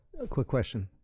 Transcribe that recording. a quick question,